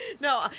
No